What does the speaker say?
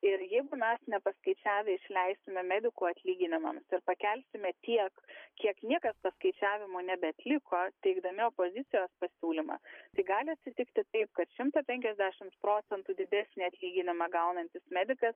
ir jeigu mes nepaskaičiavę išleistume medikų atlyginimams ir pakelsime tiek kiek niekas paskaičiavimo nebeatliko teikdami opozicijos pasiūlymą tai gali atsitikti taip kad šimtą penkiasdešims procentų didesnį atlyginimą gaunantis medikas